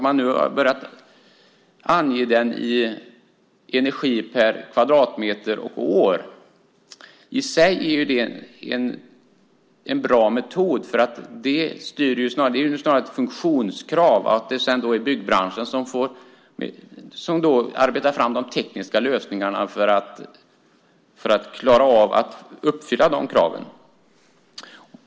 Man har börjat ange det i energi per kvadratmeter och år. I sig är det en bra metod. Det är snarare ett funktionskrav. Det är byggbranschen som sedan får arbeta fram de tekniska lösningarna för att klara av att uppfylla kraven.